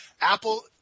Apple